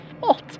fault